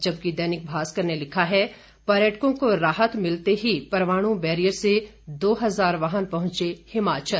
जबकि दैनिक भास्कर ने लिखा है पर्यटकों को राहत मिलते ही परवाणु बैरियर से दो हजार वाहन पहुंचे हिमाचल